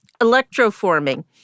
Electroforming